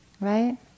right